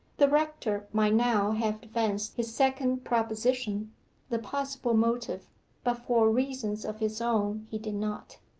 the rector might now have advanced his second proposition the possible motive but for reasons of his own he did not.